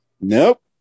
Nope